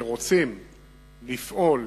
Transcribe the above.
כשרוצים לפעול